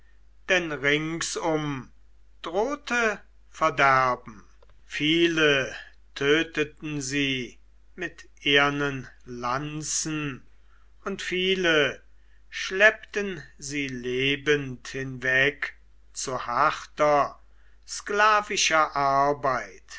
denn ringsum drohte verderben viele töteten sie mit ehernen lanzen und viele schleppten sie lebend hinweg zu harter sklavischer arbeit